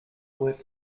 worth